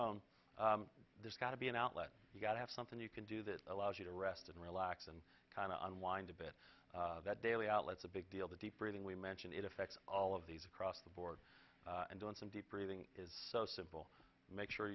own there's got to be an outlet you gotta have something you can do that allows you to rest and relax and kind of unwind a bit that daily outlets a big deal the deep breathing we mentioned it affects all of these across the board and on some deep breathing is so simple make sure